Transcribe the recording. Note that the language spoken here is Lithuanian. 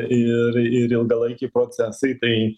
ir ir ilgalaikiai procesai tai